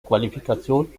qualifikation